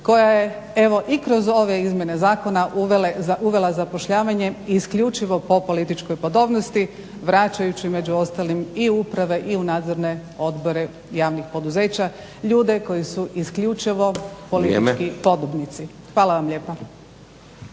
koja je evo i kroz ove izmjene zakona uvela zapošljavanje isključivo po političkoj podobnosti vraćajući među ostalim i u uprave i u nadzorne odbore javnih poduzeća ljude koji su isključivo politički podobnici. Hvala vam lijepa.